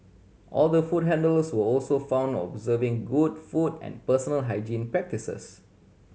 all the food handlers were also found observing good food and personal hygiene practices